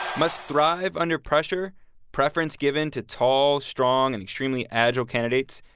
must thrive under pressure preference given to tall, strong and extremely agile candidates.